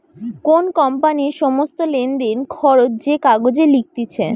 কোন কোম্পানির সমস্ত লেনদেন, খরচ যে কাগজে লিখতিছে